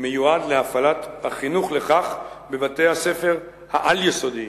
מיועד להפעלת החינוך לכך בבתי-הספר העל-יסודיים.